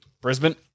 Brisbane